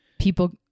people